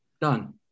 done